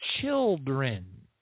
children